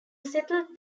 settled